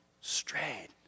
Strayed